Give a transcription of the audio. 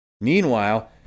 Meanwhile